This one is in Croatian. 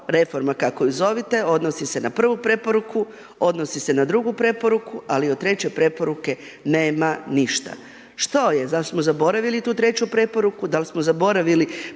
reforma, kako je zovete, odnosi se na prvu preporuku, odnosi se na drugu preporuku, ali od treće preporuke nema ništa. Što je, zar smo zaboravili tu treću preporuku, zar smo zaboravili